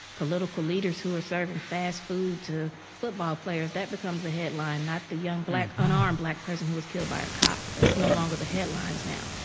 political leaders who are serving fast food to football players, that becomes the headline, not the young, black unarmed black person who was killed by a cop. that's no longer the headlines now.